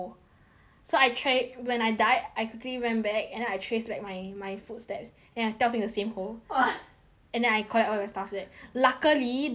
so I tried when I died I quickly went back and then I trace back my my footsteps and then I 掉进 the same hole !wah! and then I collect all my stuff back luckily there was no like